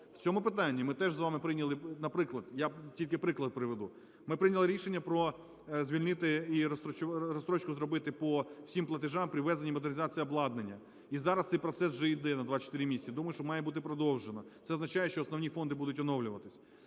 В цьому питанні ми теж з вами прийняли, наприклад, я тільки приклад приведу: ми прийняли рішення звільнити і розстрочку зробити по всім платежам при ввезенні і модернізації обладнання. І зараз процес цей вже йде на 24 місяці, я думаю, що має бути продовжено. Це означає, що основні фонди будуть оновлюватися.